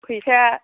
फैसाया